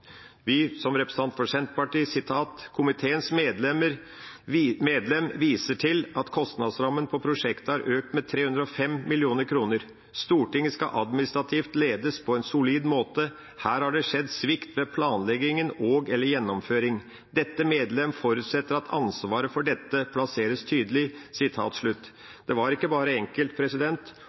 jeg, som representant for Senterpartiet, følgende: «Komiteens medlem fra Senterpartiet viser til at kostnadsrammen på prosjektet har økt med 305 mill. kroner. Stortinget skal administrativt ledes på en solid måte. Her har det skjedd svikt ved planlegging og/eller gjennomføring. Dette medlem forutsetter at ansvaret for dette plasseres tydelig.» Det var ikke bare enkelt